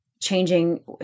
changing